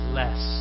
less